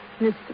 Mr